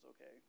okay